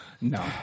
No